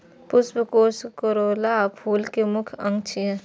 पुष्पकोष कोरोला फूल के मुख्य अंग छियै